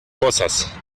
cosas